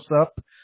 up